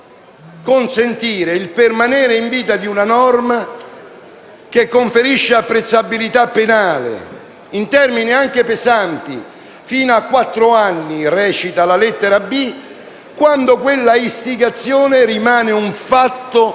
consentire il permanere in vita di una norma, che conferisce apprezzabilità penale, in termini anche pesanti, fino a quattro anni, come recita la lettera *b),* quando quella istigazione rimane un fatto